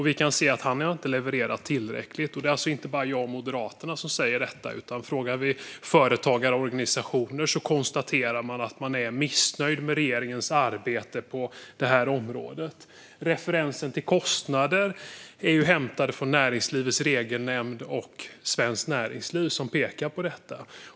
Vi kan se att han inte har levererat tillräckligt. Det är inte bara jag och Moderaterna som säger detta. Frågar vi företagarorganisationer konstaterar de att de är missnöjda med regeringens arbete på detta område. Referensen till kostnader är hämtad från Näringslivets Regelnämnd och Svenskt Näringsliv, som pekar på detta.